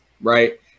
right